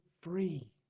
free